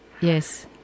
yes